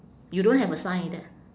you don't have a sign like that